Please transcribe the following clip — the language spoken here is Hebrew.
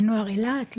לנוער אילת,